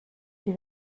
die